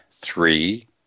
three